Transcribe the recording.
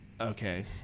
Okay